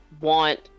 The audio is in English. want